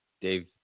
Dave